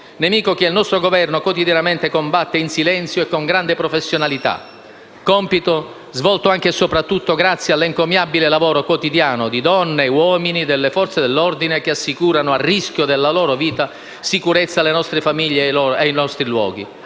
che il nostro Governo quotidianamente combatte in silenzio e con grande professionalità. Tale compito è svolto anche e soprattutto grazie all'encomiabile lavoro quotidiano di donne e uomini delle Forze dell'ordine che assicurano, a rischio della loro vita, sicurezza alle nostre famiglie e ai luoghi.